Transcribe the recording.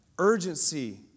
Urgency